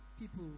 people